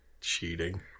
Cheating